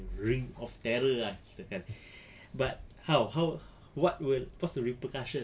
reigning off terror ah kan but how how what will what's the repercussion